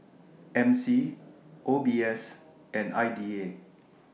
M C O B S and I D A